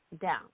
down